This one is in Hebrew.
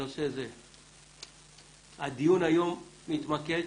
הדיון היום מתמקד